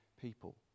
people